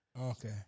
Okay